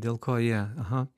dėl ko jie aha